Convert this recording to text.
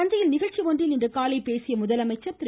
தஞ்சையில் நிகழ்ச்சி ஒன்றில் இன்று காலை பேசிய முதலமைச்சர் திரு